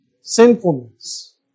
sinfulness